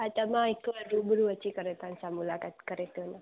हा त मां हिकु वजे गुरू अची करे तव्हांसां मुलाक़ात करे थी वञा